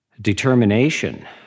determination